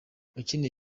ukeneye